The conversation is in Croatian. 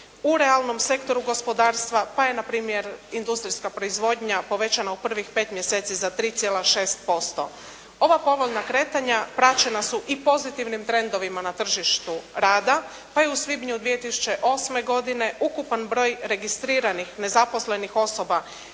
u realnom sektoru gospodarstva pa je na primjer industrijska proizvodnja povećana u prvih 5 mjeseci za 3,6%. Ova povoljna kretanja praćena su i pozitivnim trendovima na tržištu rada pa je u svibnju 2008. godine ukupan broj registriranih nezaposlenih osoba